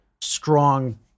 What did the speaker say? strong